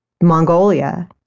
Mongolia